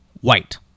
White